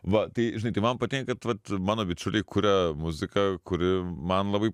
va tai žinai tai man patinka kad vat mano bičiuliai kuria muziką kuri man labai